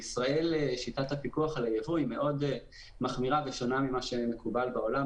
בישראל שיטת הפיקוח על הייבוא היא מאוד חמירה ושונה ממה שמקובל בעולם.